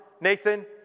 Nathan